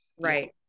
right